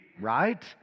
right